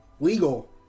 legal